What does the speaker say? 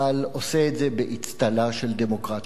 אבל עושה את זה באצטלה של דמוקרטיה.